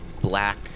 black